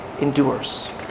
endures